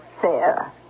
Fair